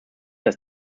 dass